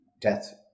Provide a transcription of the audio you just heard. death